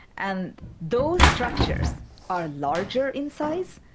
and those structures are larger in size,